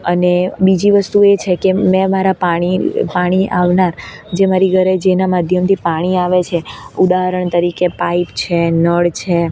અને બીજી વસ્તુ એછે કે મેં મારા પાણી પાણી આવનાર જે મારી ઘરે જેના માધ્યમથી પાણી આવે છે ઉદાહરણ તરીકે પાઇપ છે નળ છે